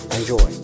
Enjoy